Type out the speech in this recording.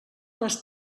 les